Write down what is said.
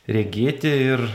regėti ir